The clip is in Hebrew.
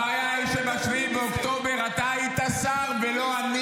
תן לי, אני אגיד לך איפה הבעיה.